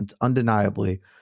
undeniably